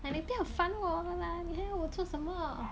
!aiya! 你不要烦我了啦你还要我做什么